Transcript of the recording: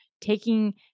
taking